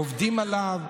עובדים עליו.